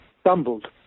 stumbled